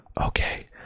Okay